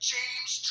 James